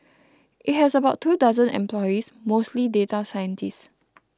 it has about two dozen employees mostly data scientists